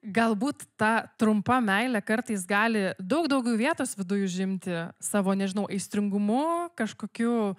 galbūt ta trumpa meilė kartais gali daug daugiau vietos viduj užimti savo nežinau aistringumu kažkokiu